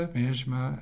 mesma